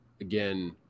again